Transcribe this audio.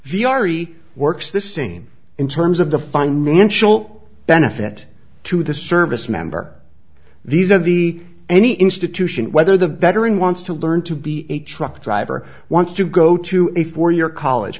e works the same in terms of the financial benefit to the service member these are the any institution whether the veteran wants to learn to be a truck driver wants to go to a four year college